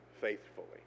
faithfully